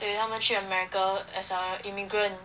对他们去 america as a immigrant